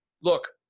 look